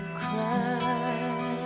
cry